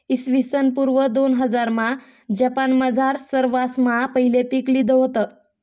इसवीसन पूर्व दोनहजारमा जपानमझार सरवासमा पहिले पीक लिधं व्हतं